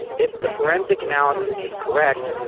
if the forensic analysis is correct,